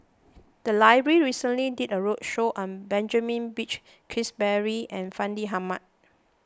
the library recently did a roadshow on Benjamin Peach Keasberry and Fandi Ahmad